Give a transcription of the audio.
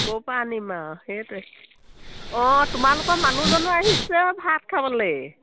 ক'ৰ পা আনিম আৰু সেইটোৱে অঁ তোমালোকৰ মানুহজনো আহিছে ভাত খাবলৈ